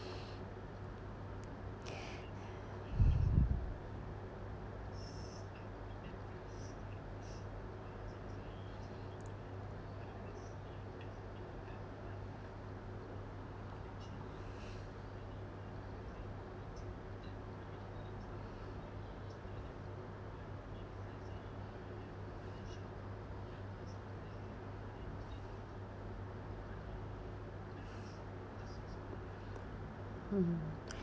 mm